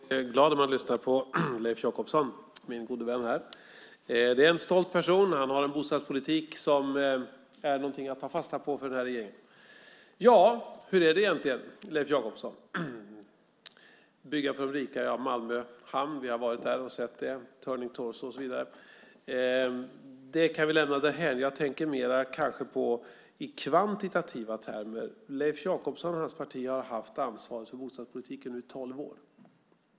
Fru talman! Jag blir glad av att lyssna på Leif Jakobsson, min gode vän. Det är en stolt person. Han har en bostadspolitik som den nuvarande regeringen tydligen borde ta fasta på. Hur är det egentligen, Leif Jakobsson, med byggandet för de rika i Malmö hamn? Vi har varit där och sett Turning Torso och annat, men det kan vi lämna därhän. Jag tänker kanske mer i kvantitativa termer. Leif Jakobsson och hans parti hade ansvaret för bostadspolitiken i tolv år.